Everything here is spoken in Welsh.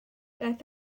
daeth